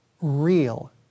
real